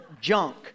junk